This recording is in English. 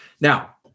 Now